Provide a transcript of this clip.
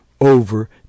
over